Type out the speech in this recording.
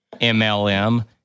MLM